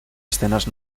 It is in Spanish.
escenas